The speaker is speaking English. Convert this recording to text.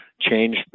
change